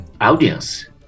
audience